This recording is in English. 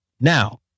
Now